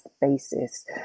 basis